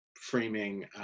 framing